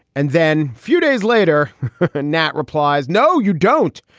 and then few days later nat replies, no, you don't.